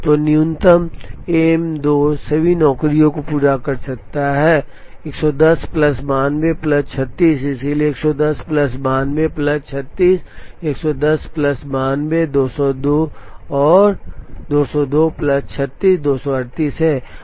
तो न्यूनतम M 2 सभी नौकरियों को पूरा कर सकता है 110 प्लस 92 प्लस 36 इसलिए 110 प्लस 92 प्लस 36 110 प्लस 92 202 और 202 प्लस 36 238 है